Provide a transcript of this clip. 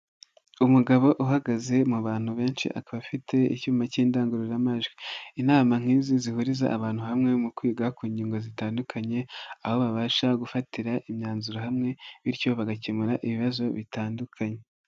Umugabo uhagaze mu bantu benshi akaba afite icyuma k'indangururamajwi, inama nk'izi zihuriza abantu hamwe mu kwiga ku ngingo zitandukanye aho babasha gufatira imyanzuro hamwe bityo bagakemura ibibazo bitandukanye.